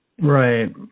right